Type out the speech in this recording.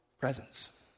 presence